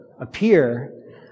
appear